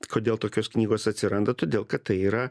kodėl tokios knygos atsiranda todėl kad tai yra